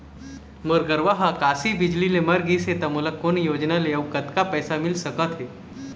मोर गरवा हा आकसीय बिजली ले मर गिस हे था मोला कोन योजना ले अऊ कतक पैसा मिल सका थे?